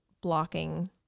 blocking